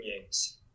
games